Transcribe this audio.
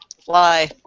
Fly